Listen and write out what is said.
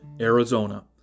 Arizona